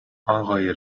آقای